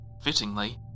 fittingly